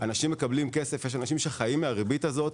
אנשים מקבלים כסף, יש אנשים שחיים מהריבית הזו.